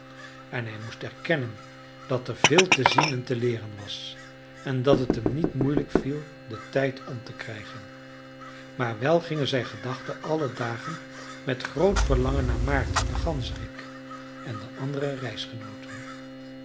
en hij moest erkennen dat er veel te zien en te leeren was en dat t hem niet moeilijk viel den tijd om te krijgen maar wel gingen zijn gedachten alle dagen met groot verlangen naar maarten den ganzerik en de andere